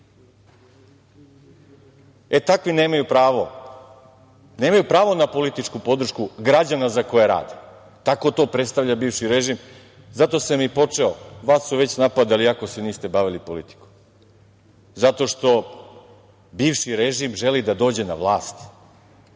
Takvi nemaju pravo. Nemaju pravo na političku podršku građana za koje rade. Tako to predstavlja bivši režim. Zato sam i počeo. Vas su već napadali, iako se niste bavili politikom, zato što bivši režim želi da dođe na vlast,